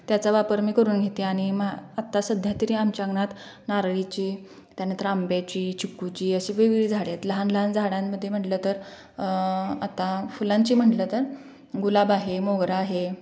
त्याचा वापर मी करून घेते आणि मा आत्ता सध्यातरी आमच्या अंगणात नारळीची त्यानंतर आंब्याची चिकूची अशी वेगवेगळी झाडे आहेत लहान लहान झाडांमध्ये म्हणलं तर आत्ता फुलांची म्हणलं तर गुलाब आहे मोगरा आहे